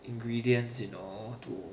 ingredients you know to